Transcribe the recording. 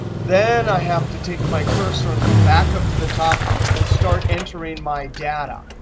then i have to take my cursor and come back up to the top and start entering my data.